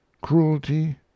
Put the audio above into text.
cruelty